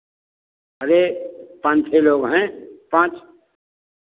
अरे पाँच छः लोग हैं पाँच